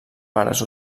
pares